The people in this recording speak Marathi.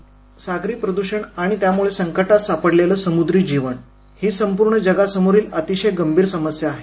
व्हाईस कास्ट सागरी प्रदूषण आणि त्यामुळे संकटात सापडलेलं समुद्री जीवन ही संपूर्ण जगासमोरील अतिशय गंभीर समस्या आहे